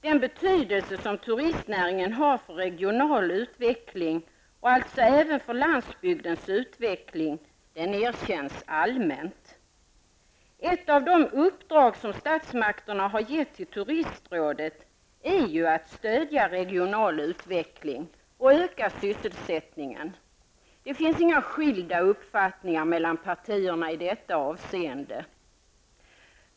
Den betydelse som turistnäringen har för regional utveckling och alltså även för landsbygdens utveckling erkänns allmänt. Ett av de uppdrag som statsmakterna har gett till Turistrådet är ju att stödja regional utveckling och öka sysselsättningen. Det finns inga skilda uppfattningar mellan partierna i detta avseende.